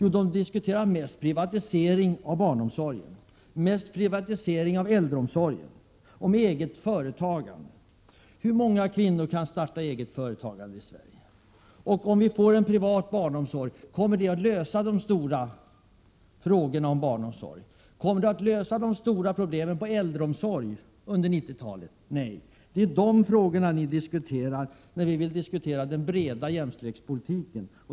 Jo, de diskuterar mest privatisering av barnomsorg och privatisering av äldreomsorg. Hur många kvinnor tror ni kan starta eget företag i Sverige? Kommer en privat barnomsorg att lösa de stora problemen inom barnomsorgen? Kommer en privatisering att lösa de stora problemen inom äldreomsorgen under 1990-talet? Nej! Det är frågor rörande privatisering ni diskuterar när vi i stället vill diskutera den breda jämställdhetspolitiken.